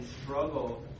struggle